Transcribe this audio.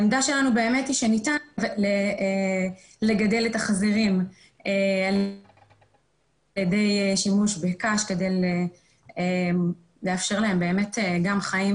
העמדה שלנו שניתן לגדל את החזירים על ידי שימוש בקש כדי לאפשר להם חיים